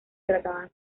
trataban